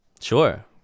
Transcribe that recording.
sure